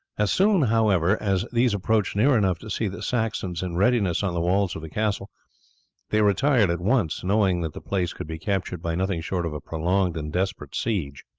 as soon, however, as these approached near enough to see the saxons in readiness on the walls of the castle they retired at once, knowing that the place could be captured by nothing short of a prolonged and desperate siege.